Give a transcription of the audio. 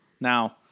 Now